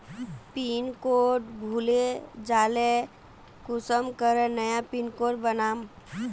Pin code भूले जाले कुंसम करे नया पिन कोड बनाम?